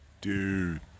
dude